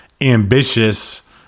ambitious